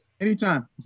anytime